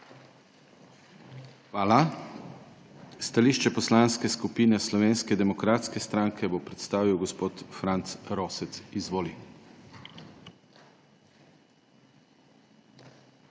Hvala. Stališče Poslanske skupine Slovenske demokratske stranke bo predstavil gospod Franc Rosec. Izvolite.